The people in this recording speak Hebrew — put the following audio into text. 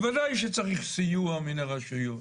בוודאי שצריך סיוע מן הרשויות.